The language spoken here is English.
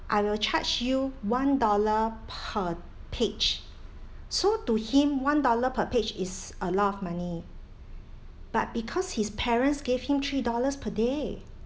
I will charge you one dollar per page so to him one dollar per page is a lot of money but because his parents gave him three dollars per day